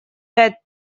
пять